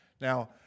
Now